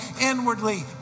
inwardly